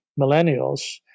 millennials